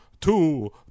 two